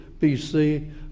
BC